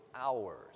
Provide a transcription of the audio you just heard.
hours